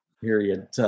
Period